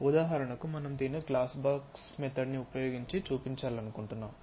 ఉదాహరణకు మనం దీన్ని గ్లాస్ బాక్స్ మెథడ్ ని ఉపయోగించి చూపించాలనుకుంటున్నాము